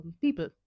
people